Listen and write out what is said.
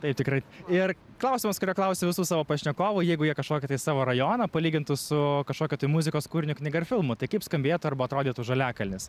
taip tikrai ir klausimas kurio klausiu visų savo pašnekovų jeigu jie kažkokį tai savo rajoną palygintų su kažkokiu muzikos kūriniu knyga ar filmu tai kaip skambėtų arba atrodytų žaliakalnis